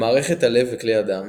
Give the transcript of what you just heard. מערכת הלב וכלי הדם